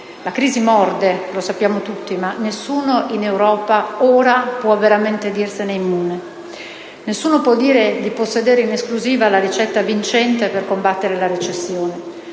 La crisi morde, lo sappiamo tutti, ma nessuno in Europa ora può veramente dirsene immune, nessuno può dire di possedere in esclusiva una ricetta vincente per combattere la recessione.